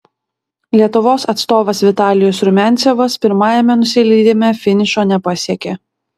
lietuvos atstovas vitalijus rumiancevas pirmajame nusileidime finišo nepasiekė